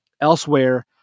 elsewhere